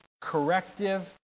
corrective